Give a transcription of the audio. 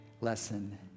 lesson